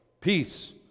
peace